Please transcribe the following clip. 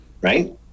Right